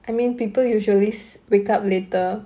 I mean people usually sl~ wake up later